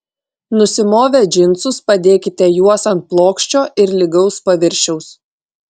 nusimovę džinsus padėkite juos ant plokščio ir lygaus paviršiaus